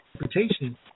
interpretation